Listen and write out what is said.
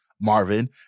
marvin